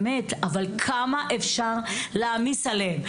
אבל כמה אפשר להעמיס עליהם?